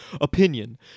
Opinion